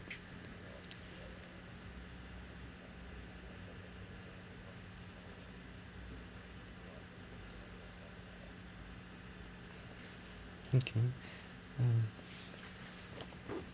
okay uh